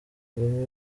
kagame